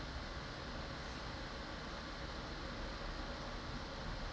ah